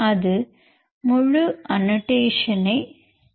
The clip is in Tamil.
அது முழு அனோடேஷ னை காண்பிக்கும்